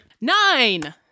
Nine